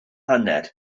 hanner